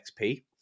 XP